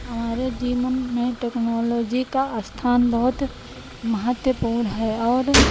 हमारे जीवन में टेक्नोलॉजी का स्थान बहुत महत्तपूर्ण है और